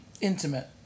intimate